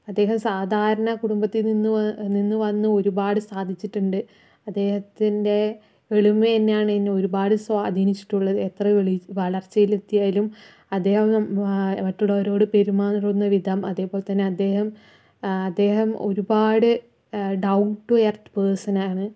അദ്ദേഹം സാധാരണ കുടുംബത്തിൽ നിന്ന് നിന്ന് വന്ന് ഒരുപാട് സാധിച്ചിട്ടുണ്ട് അദ്ദേഹത്തിൻ്റെ എളിമ തന്നെയാണ് എന്നെ ഒരുപാട് സ്വാധീനിച്ചിട്ടുള്ളത് എത്ര എളി വളർച്ചയിലെത്തിയാലും അദ്ദേഹം മറ്റുള്ളവരോട് പെരുമാറുന്ന വിധം അതേപോലെതന്നെ അദ്ദേഹം അദ്ദേഹം ഒരുപാട് ഡൌൺ ടു യർത്ത് പേഴ്സൺ ആണ്